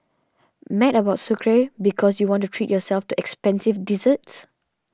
mad about Sucre because you want to treat yourself to expensive desserts